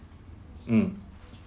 mm